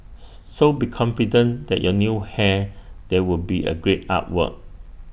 so be confident that your new hair there would be A great artwork